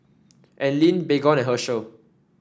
Anlene Baygon and Herschel